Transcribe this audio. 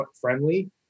friendly